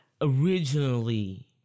originally